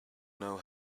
know